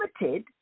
limited